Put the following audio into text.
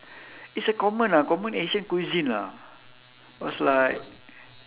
it's a common lah common asian cuisine lah was like